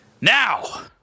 now